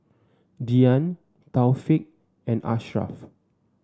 Dian Taufik and Ashraf